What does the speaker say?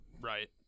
Right